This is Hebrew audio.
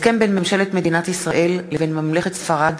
הסכם בין ממשלת מדינת ישראל לבין ממלכת ספרד